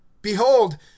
BEHOLD